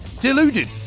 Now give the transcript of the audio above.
deluded